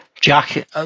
Jack